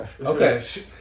Okay